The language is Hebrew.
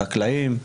חקלאים,